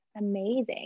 amazing